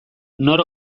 nor